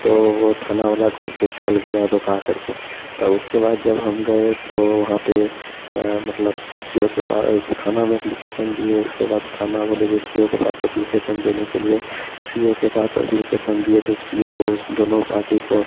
तो वह थाना वाला घूरकर चल गया रुकाकर के तब उसके बाद जब हम गए तो वहाँ पर मतलब सि ओ के पा थाना में अप्लीकेसन दिए उसके बाद थाना बोले जे सि ओ को पास अप्लीकेसन देने के लिए सी ओ के पास अप्लीकेसन दिए तो सि ओ उस दोनों पार्टी को